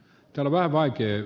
arvoisa puhemies